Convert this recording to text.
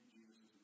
Jesus